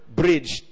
bridge